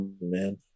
man